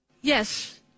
Yes